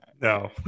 no